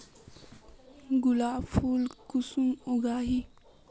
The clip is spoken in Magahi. गुलाब फुल कुंसम उगाही?